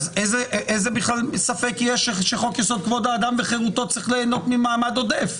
אז איזה ספק יש שחוק יסוד: כבוד האדם וחירותו צריך ליהנות ממעמד עודף?